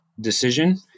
decision